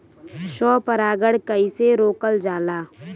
स्व परागण कइसे रोकल जाला?